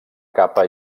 capa